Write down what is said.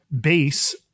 base